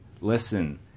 listen